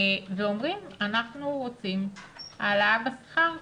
ואומרים 'אנחנו רוצים העלאה בשכר.